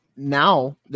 Now